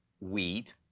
wheat